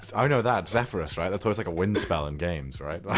i know that, zephyrus, right? that's also like a wind spell in games, right?